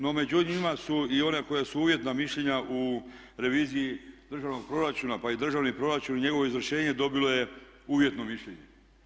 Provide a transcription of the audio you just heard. No, međutim ima i onih koja su uvjetna mišljenja u reviziji državnog proračuna pa i državni proračun i njegovo izvršenje dobilo je uvjetno mišljenje.